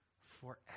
forever